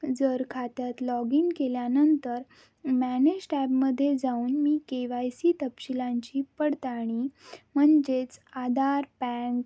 जर खात्यात log in केल्यानंतर मॅनेशड ॲपमध्ये जाऊन मी के वाय सी तपशीलांची पडताळणी म्हनणजेच आधार पॅन